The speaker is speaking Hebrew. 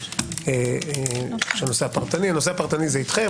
הנושא הפרטני זה אתכם.